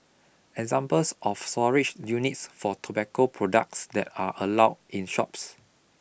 examples of storage units for tobacco products that are allowed in shops